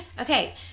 Okay